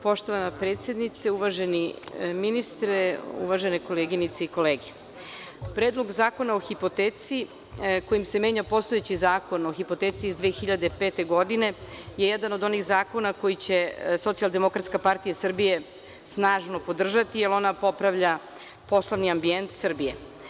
Poštovana predsednice, uvaženi ministre, uvažene koleginice i kolege, Predlog zakona o hipoteci kojim se menja postojeći zakon o hipoteci iz 2005. godine, je jedan od onih zakona koji će SDS snažno podržati, jer on popravlja poslovni ambijetn Srbije.